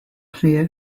clear